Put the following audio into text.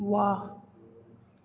واہ